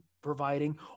providing